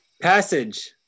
Passage